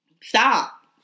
stop